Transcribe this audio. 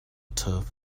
turf